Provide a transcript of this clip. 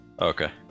Okay